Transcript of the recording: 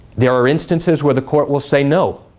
there are instances where the court will say no.